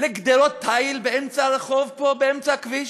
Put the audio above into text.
לגדרות תיל באמצע הרחוב פה, באמצע הכביש,